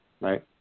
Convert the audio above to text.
Right